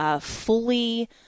fully